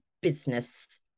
business